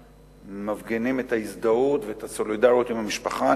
מפגינים את ההזדהות ואת הסולידריות עם המשפחה.